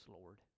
Lord